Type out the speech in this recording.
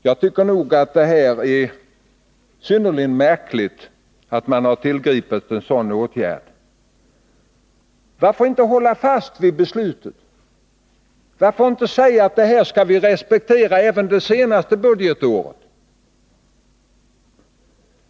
Jag tycker att det är synnerligen märkligt att man tillgripit en sådan åtgärd. Varför inte hålla fast vid beslutet? Varför inte säga att det skall respekteras även det sista budgetåret?